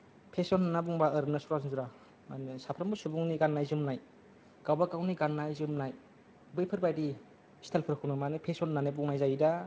fashion होनना बुंबा ओरैनो सरासन्स्रा मा होनो सानफ्राबो सुबुंनि गाननाय जोमनाय गावबागावनि गाननाय जोमनाय बैफोरबायदि स्टाइलखौफोरखौनो माने फेशन होनना बुंनाय जायो दा